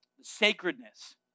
sacredness